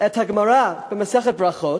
את הגמרא במסכת ברכות,